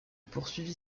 poursuivit